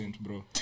bro